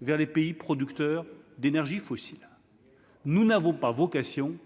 vers les pays producteurs d'énergies fossiles, nous n'avons pas vocation